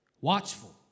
Watchful